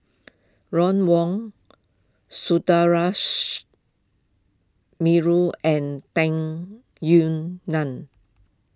Ron Wong Sundaresh Menon and Tung Yue Nang